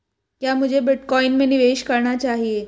क्या मुझे बिटकॉइन में निवेश करना चाहिए?